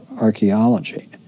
archaeology